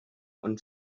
und